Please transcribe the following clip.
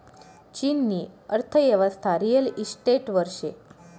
चीननी अर्थयेवस्था रिअल इशटेटवर शे